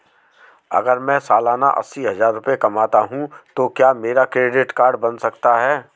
अगर मैं सालाना अस्सी हज़ार रुपये कमाता हूं तो क्या मेरा क्रेडिट कार्ड बन सकता है?